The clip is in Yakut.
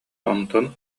онтон